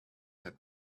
had